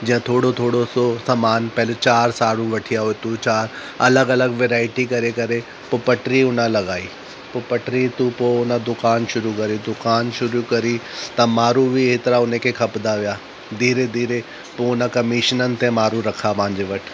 जीअं थोरो थोरो सो सामानु पहिले चारि साड़ियूं वठी आयो तूं चारि अलॻि अलॻि वेराएटी करे करे पोइ पटरी हुन लॻाई पोइ पटरी था पोइ हुन दुकानु शुरू कई दुकानु शुरू कई त माण्हू बि एतिरा हुनखे खपंदा हुआ धीरे धीरे पोइ हुन कमीशिननि ते माण्हू रखिया पंहिंजे वटि